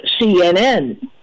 CNN